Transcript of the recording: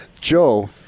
Joe